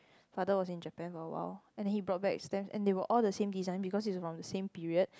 father was in Japan for a while and then he brought back stamps and they were all the same design because it's from the same period